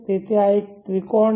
તેથી આ એક ત્રિકોણ છે